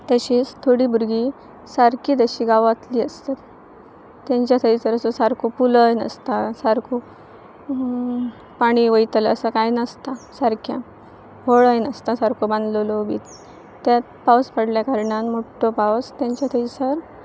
तशींच थोडीं भुरगीं सारकीं जशीं गांवांतली आसतात तेंच्या थंयसर असो सारको पुलय नासता सारको पाणी वयतलां असां कांय नासता सारक्यां होळय नासता सारको बांदलेलो बी त्यात पावस पडल्या कारणान मोटो पावस तेंच्या थंयसर